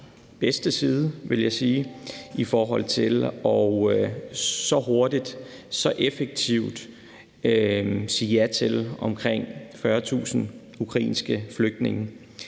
bedste side, vil jeg sige, i forhold til så hurtigt og så effektivt at sige ja til omkring 40.000 ukrainske flygtninge.